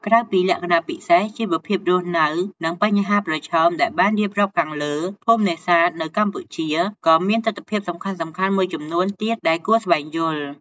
ក្រៅពីលក្ខណៈពិសេស ជីវភាពរស់នៅ និងបញ្ហាប្រឈមដែលបានរៀបរាប់ខាងលើ ភូមិនេសាទនៅកម្ពុជាក៏មានទិដ្ឋភាពសំខាន់ៗមួយចំនួនទៀតដែលគួរស្វែងយល់។